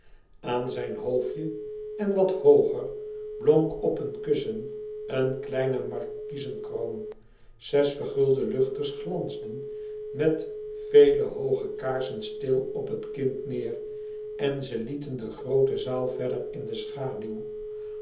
aan zijn hoofdje en wat hooger blonk op een kussen een kleine markiezenkroon zes vergulde luchters glansden met vele hooge kaarsen stil op het kind neêr en ze lieten de groote zaal verder in schaduw